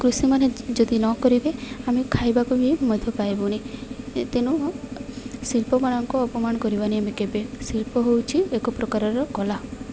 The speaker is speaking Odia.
କୃଷିମାନେ ଯଦି ନ କରିବେ ଆମେ ଖାଇବାକୁ ବି ମଧ୍ୟ ପାଇବୁନି ତେନୁ ଶିଲ୍ପମାନଙ୍କ ଅପମାନ କରିବାନି ଆମେ କେବେ ଶିଲ୍ପ ହେଉଛି ଏକ ପ୍ରକାରର କଲା